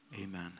Amen